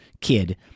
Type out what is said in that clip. kid